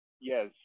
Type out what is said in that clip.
Yes